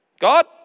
God